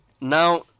now